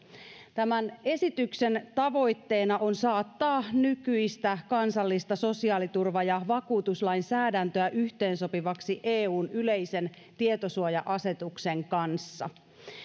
tämän esityksen tavoitteena on saattaa nykyistä kansallista sosiaaliturva ja vakuutuslainsäädäntöä yhteensopivaksi eun yleisen tietosuoja asetuksen kanssa